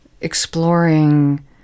exploring